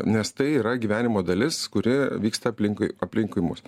nes tai yra gyvenimo dalis kuri vyksta aplinkui aplinkui mus